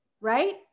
right